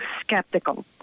skeptical